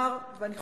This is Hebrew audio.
נאמר, ואני חוזרת,